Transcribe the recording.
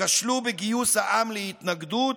שכשלו בגיוס העם להתנגדות,